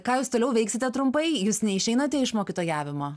ką jūs toliau veiksite trumpai jūs neišeinate iš mokytojavimo